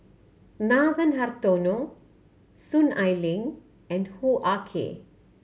Nathan Hartono Soon Ai Ling and Hoo Ah Kay